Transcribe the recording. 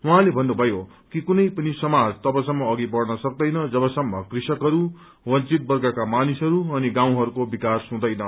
उहाँले भन्नुभयो कि कुनै पनि समाज तवसम्म अघि बढ़न सक्तैन जवसम्म कृष्कहरू वेचित वर्गका मानिसहरू अनि गाउँहरूको विकास हुँदैन